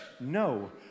No